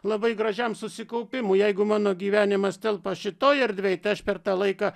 labai gražiam susikaupimui jeigu mano gyvenimas telpa šitoj erdvėj tai aš per tą laiką